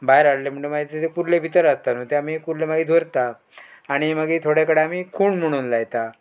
भायर हाडले म्हणटगीर मागीर तेजे कुर्ल्ले भितर आसता न्हू तें आमी कुर्ले मागीर धरता आनी मागीर थोडे कडेन आमी खूण म्हणून लायता